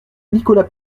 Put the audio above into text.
nicolas